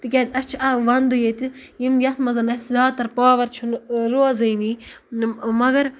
تِکیازِ اَسہِ چھُ وَندٕ ییٚتہِ یِم یَتھ منٛز اَسہِ زیادٕ تر پاور چھُنہٕ روزٲنی مَگر